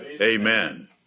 Amen